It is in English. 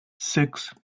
six